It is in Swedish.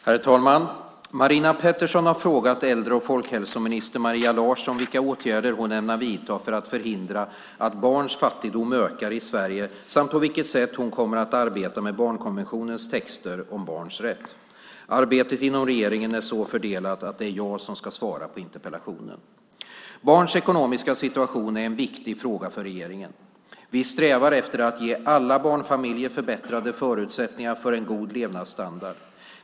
Herr talman! Marina Pettersson har frågat äldre och folkhälsoministern Maria Larsson vilka åtgärder hon ämnar vidta för att förhindra att barns fattigdom ökar i Sverige samt på vilket sätt hon kommer att arbeta med barnkonventionens texter om barns rätt. Arbetet inom regeringen är så fördelat att det är jag som ska svara på interpellationen. Barns ekonomiska situation är en viktig fråga för regeringen. Vi strävar efter att ge alla barnfamiljer förbättrade förutsättningar för en god levnadsstandard.